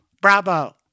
bravo